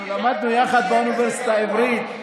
אנחנו למדנו יחד באוניברסיטה העברית.